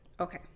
Okay